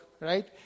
right